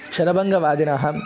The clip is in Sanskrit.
शरबङ्गवादिनः